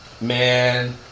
Man